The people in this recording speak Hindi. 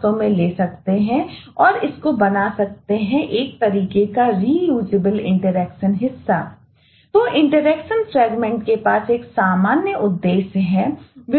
सकते हैं इत्यादि